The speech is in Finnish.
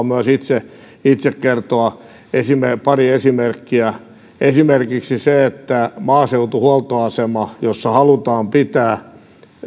myös itse itse kertoa pari esimerkkiä esimerkiksi maaseutuhuoltoasemalla missä halutaan pitää